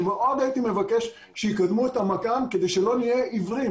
אני מאוד הייתי מבקש שיקדמו את המכ"ם כדי שלא נהיה עיוורים.